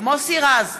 מוסי רז,